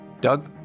Doug